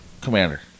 Commander